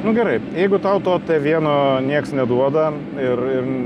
nu gerai jeigu tau to vieno nieks neduoda ir im